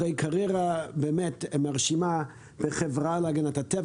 אחרי קריירה מרשימה בחברה להגנת הטבע